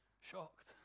shocked